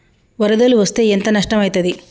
వరదలు వస్తే ఎంత నష్టం ఐతది?